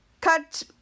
Cut